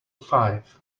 five